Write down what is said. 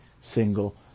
single